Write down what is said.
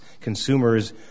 Consumers